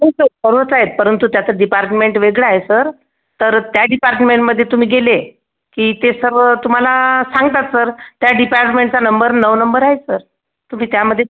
हो सर सर्वच आहेत परंतु त्याचं डिपार्टमेंट वेगळं आहे सर तर त्या डिपार्टमेंटमध्ये तुम्ही गेले की ते सर्व तुम्हाला सांगतात सर त्या डिपार्टमेंटचा नंबर नऊ नंबर आहे सर तुम्ही त्यामध्ये